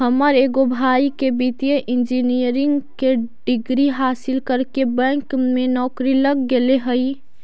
हमर एगो भाई के वित्तीय इंजीनियरिंग के डिग्री हासिल करके बैंक में नौकरी लग गेले हइ